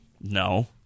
No